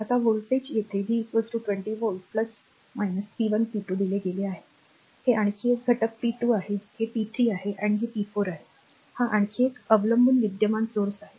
आता व्होल्टेज येथे v 20 volt p 1 p 2 दिले गेले आहे हे आणखी एक घटक p2 आहे हे p 3 आहे आणि हे p 4 आहे हा आणखी एक अवलंबून विद्यमान स्रोत आहे